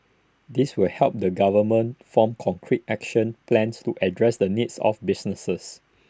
this will help the government form concrete action plans to address the needs of businesses